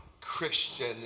Christian